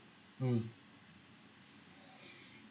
mm